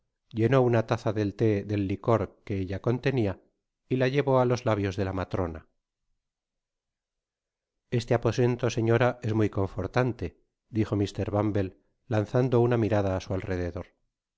llenó una taza del thé del licor que ella contenia y la llevó ú los labios de la matrona este aposento señora es muy confortame dijo mr bumble lanzando una mirada á su alrededor